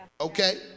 Okay